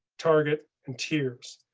target and tiers.